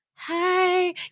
Hi